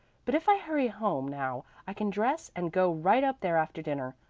but if i hurry home now i can dress and go right up there after dinner,